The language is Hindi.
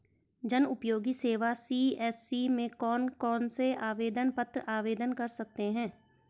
जनउपयोगी सेवा सी.एस.सी में कौन कौनसे आवेदन पत्र आवेदन कर सकते हैं?